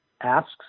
asks